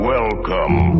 Welcome